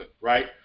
right